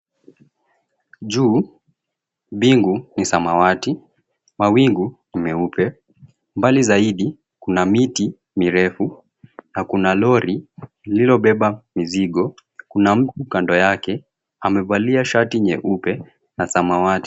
Juu mbingu ni samawati, mawingu ni meupe, mbali zaidi kuna miti mirefu na kuna lori lililobeba mizigo kuna mtu kando yake amevalia shati nyeupe na samawati.